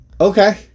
Okay